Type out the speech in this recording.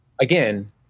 again